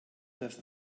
das